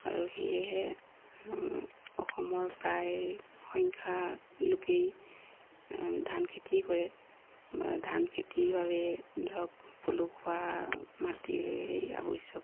আৰু সেয়েহে অসমৰ প্ৰায়সংখ্যক লোকেই ধানখেতিয়ে কৰে ধানখেতিৰ বাবে ধৰক পলসুৱা মাটিৰেই আৱশ্যক